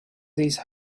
these